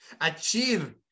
achieve